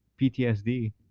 PTSD